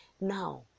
Now